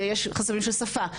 של שפה,